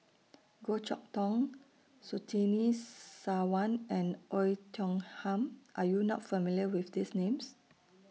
Goh Chok Tong Surtini Sarwan and Oei Tiong Ham Are YOU not familiar with These Names